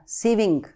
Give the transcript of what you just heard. saving